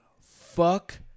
fuck